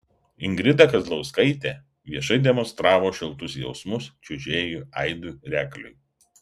ingrida kazlauskaitė viešai demonstravo šiltus jausmus čiuožėjui aidui rekliui